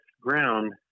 ground